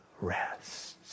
rest